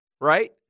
right